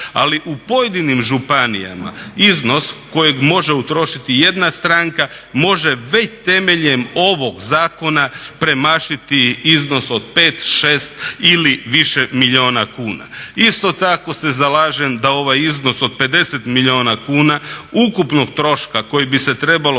ali u pojedinim županijama iznos kojeg može utrošiti jedna stranka može već temeljem ovog zakona premašiti iznos od 5, 6 ili više milijuna kuna. Isto tako se zalažem da ovaj iznos od 50 milijuna kuna ukupnog troška koji bi se trebalo